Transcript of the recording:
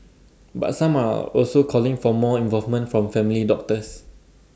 but some are also calling for more involvement from family doctors